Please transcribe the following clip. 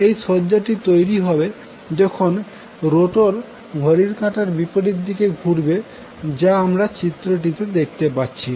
এই সজ্জাটি তৈরি হবে যখন রটোর ঘাড়ির কাটার বিপরীত দিকে ঘুরবে যা আমরা চিত্রটিতে দেখতে পাচ্ছি